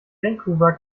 vancouver